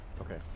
Okay